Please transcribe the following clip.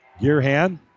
Gearhan